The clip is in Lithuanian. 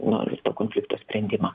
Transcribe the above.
nori to konflikto sprendimo